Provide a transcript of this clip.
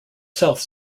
south